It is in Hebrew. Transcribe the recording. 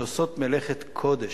שעושות מלאכת קודש.